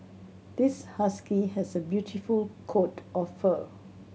this husky has a beautiful coat of fur